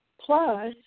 Plus